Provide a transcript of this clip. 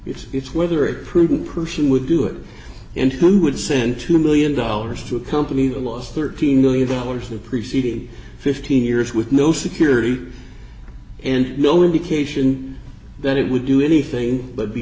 if it's whether it prudent person would do it and who would send two million dollars to accompany the lost thirteen million dollars the preceding fifteen years with no security and no indication that it would do anything but be